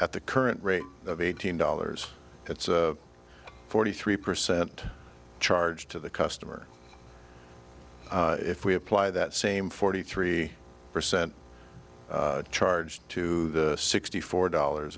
at the current rate of eighteen dollars forty three percent charge to the customer if we apply that same forty three percent charge to the sixty four dollars